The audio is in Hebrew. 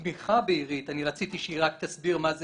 כתמיכה בעירית, אני רציתי שהיא רק תסביר מה זה